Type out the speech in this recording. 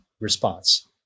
response